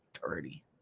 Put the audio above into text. Dirty